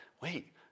wait